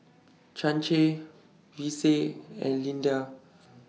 Chancey Vicie and Lyndia